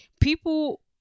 People